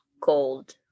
gold